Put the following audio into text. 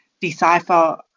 decipher